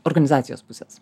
organizacijos pusės